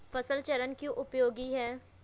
फसल चरण क्यों उपयोगी है?